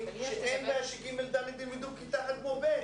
שאין בעיה שג' ד' ילמדו בכיתה אחת כמו ב'.